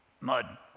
mud